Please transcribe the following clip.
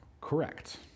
correct